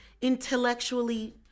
intellectually